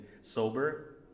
sober